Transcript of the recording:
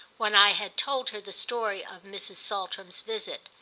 when i had told her the story of mrs. saltram's visit.